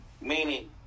Meaning